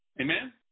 Amen